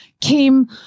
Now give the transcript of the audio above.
came